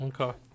Okay